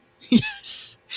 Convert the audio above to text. yes